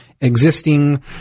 existing